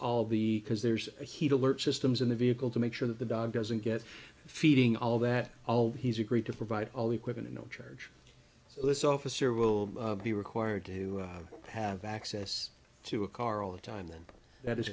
all the because there's a heat alert systems in the vehicle to make sure that the dog doesn't get feeding all of that all he's agreed to provide all the equipment in no charge so this officer will be required to have access to a car all the time and that is